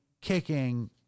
kicking